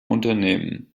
unternehmen